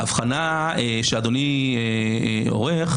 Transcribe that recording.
ההבחנה שאדוני עורך,